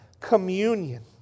communion